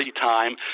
time